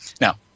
Now